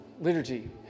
liturgy